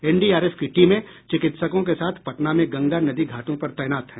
NDRF की टीमें चिकित्सकों के साथ पटना में गंगा नदी घाटों पर तैनात हैं